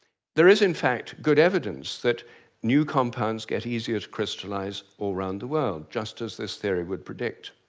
there is, in fact, good evidence that new compounds get easier to crystallise all round the world, just as this theory would predict.